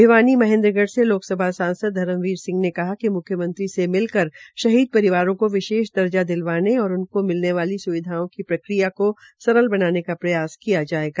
भिवानी महेन्द्रगढ़ से लोकसभा सांसद धर्मवीर सिंह ने कहा कि म्ख्यमंत्री से मिलकर शहीद परिवारों का विशेष दर्जा दिलवाने और उनको मिलने वाली स्विधाओं की प्रक्रिया को सरल बनाने का प्रयास किया जायेगा